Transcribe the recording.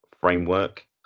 framework